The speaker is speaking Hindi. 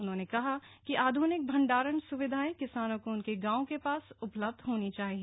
उन्होंने कहा कि आधुनिक भंडारण सुविधाएं किसानों को उनके गांवों के पास उपलब्ध होनी चाहिए